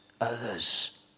Others